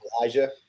Elijah